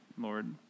Lord